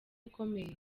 ukomeye